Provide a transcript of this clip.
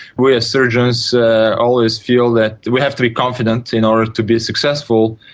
we as surgeons always feel that we have to be confident in order to be successful,